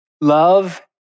Love